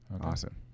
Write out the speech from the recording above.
Awesome